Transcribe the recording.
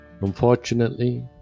Unfortunately